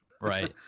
Right